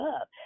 up